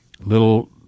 little